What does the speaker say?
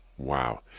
Wow